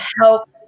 help